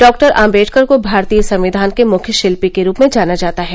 doctor Ambedkar को भारतीय संविधान के मुख्य शिल्पी के रूप में जाना जाता है